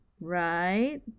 right